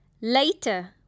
Later